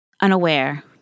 unaware